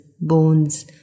bones